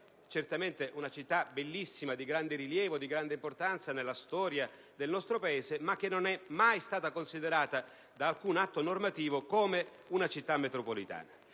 certamente bellissima e di grande rilievo e importanza nella storia del nostro Paese, ma che non è mai stata considerata da alcun atto normativo come una Città metropolitana.